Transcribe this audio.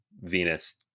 Venus